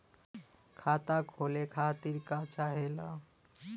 खाता खोले खातीर का चाहे ला?